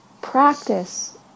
Practice